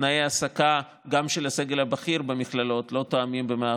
תנאי העסקה גם של הסגל הבכיר במכללות לא תואמים במאה